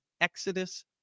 Exodus